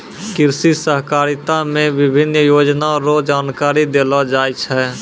कृषि सहकारिता मे विभिन्न योजना रो जानकारी देलो जाय छै